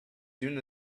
soon